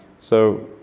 so,